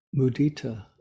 mudita